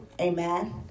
Amen